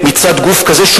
מצד גוף כזה,